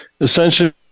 Essentially